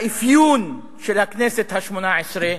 לאפיון של הכנסת השמונה-עשרה,